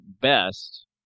best